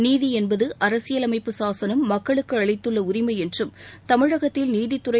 நீதி என்பது அரசியலமைப்பு சாசனம் மக்களுக்கு அளித்துள்ள உரிமை என்றும் தமிழகத்தில் நீதித்துறை